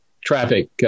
traffic